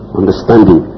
understanding